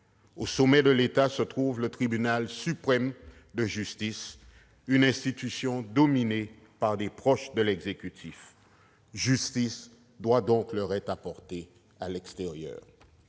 au sommet de l'État figure le Tribunal suprême de justice, une institution dominée par des proches de l'exécutif. Justice doit donc leur être apportée à l'extérieur.